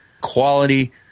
quality